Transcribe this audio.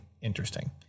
interesting